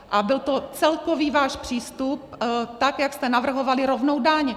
A byl to celkový váš přístup, tak jak jste navrhovali rovnou daň.